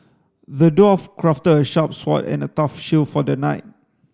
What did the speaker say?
the dwarf crafted a sharp sword and a tough shield for the knight